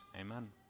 amen